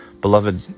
Beloved